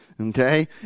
Okay